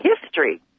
history